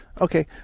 Okay